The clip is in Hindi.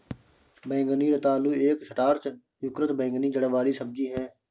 बैंगनी रतालू एक स्टार्च युक्त बैंगनी जड़ वाली सब्जी है